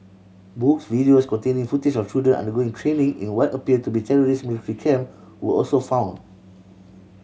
books videos containing footage of children undergoing training in what appeared to be terrorist military camp were also found